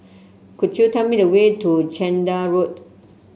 could you tell me the way to Chander Road